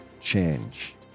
change